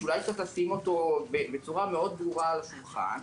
שאולי צריך לשים אותו בצורה מאוד ברורה על השולחן: